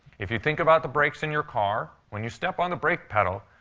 if you think about the brakes in your car, when you step on the brake pedal,